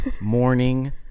morning